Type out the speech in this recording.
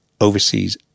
overseas